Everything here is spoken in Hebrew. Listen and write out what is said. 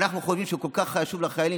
אנחנו חושבים שכל כך חשוב לחיילים,